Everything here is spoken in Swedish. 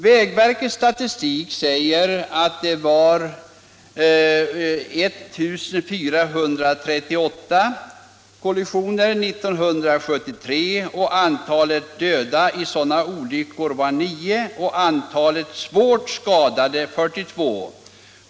Vägverkets statistik säger att det förekom 1 438 kollisioner med älg år 1973. Antalet dödade i sådana olyckor var 9 och antalet svårt skadade 42.